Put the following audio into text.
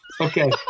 Okay